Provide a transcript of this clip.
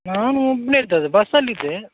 ನಾನು ಒಬ್ಬನೆ ಇದ್ದದ್ದು ಬಸ್ಸಲ್ಲಿ ಇದ್ದೆ